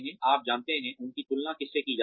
आप जानते हैं उनकी तुलना किससे की जाती है